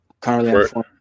currently